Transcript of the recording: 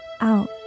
out